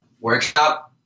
workshop